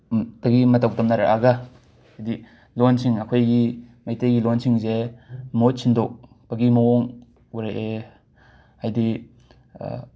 ꯇꯒꯤ ꯃꯇꯧ ꯇꯝꯅꯔꯑꯒ ꯍꯥꯏꯗꯤ ꯂꯣꯟꯁꯤꯡ ꯑꯈꯣꯏꯒꯤ ꯃꯩꯇꯩꯒꯤ ꯂꯣꯟꯁꯤꯡꯖꯦ ꯃꯍꯨꯠ ꯁꯤꯟꯗꯦꯛꯄꯒꯤ ꯃꯋꯣꯡ ꯎꯔꯛꯑꯦ ꯍꯥꯏꯗꯤ